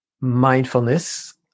mindfulness